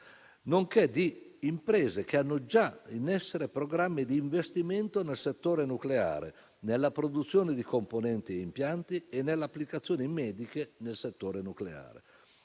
nonché di imprese che hanno già in essere programmi di investimento nel settore nucleare, nella produzione di componenti e impianti e nelle applicazioni mediche nel settore nucleare.